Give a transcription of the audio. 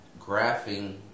graphing